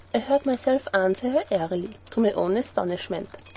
heard myself answer her airily, to my own astonishment.